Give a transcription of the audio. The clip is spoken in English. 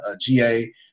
GA